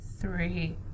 three